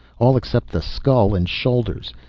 all except the skull and shoulders.